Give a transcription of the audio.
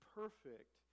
perfect